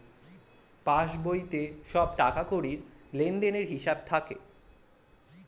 পাসবইতে সব টাকাকড়ির লেনদেনের হিসাব থাকে